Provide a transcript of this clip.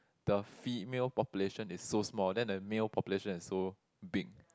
the female population is so small then the male population is so big